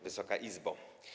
Wysoka Izbo!